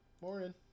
morning